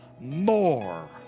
more